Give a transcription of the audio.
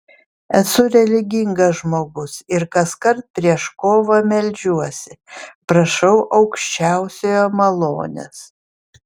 esu religingas žmogus ir kaskart prieš kovą meldžiuosi prašau aukščiausiojo malonės